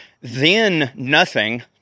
then-nothing